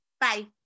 Bye